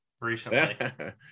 recently